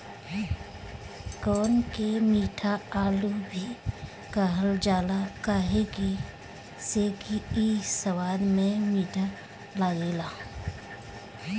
कोन के मीठा आलू भी कहल जाला काहे से कि इ स्वाद में मीठ लागेला